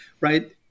right